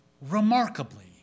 remarkably